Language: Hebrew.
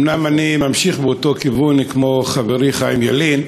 אני ממשיך באותו כיוון כמו חברי חיים ילין.